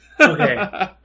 Okay